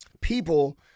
People